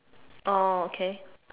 oh okay